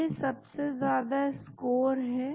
यह सबसे ज्यादा स्कोर है